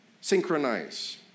Synchronize